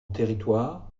territoire